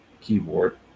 keyboard